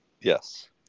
Yes